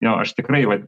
jo aš tikrai vat